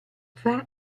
fra